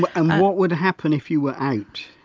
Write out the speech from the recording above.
what um what would happen if you were out?